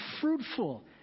fruitful